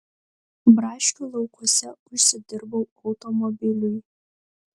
braškių laukuose užsidirbau automobiliui